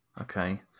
okay